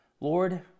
Lord